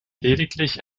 lediglich